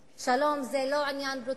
שלום זה לא עניין טכני.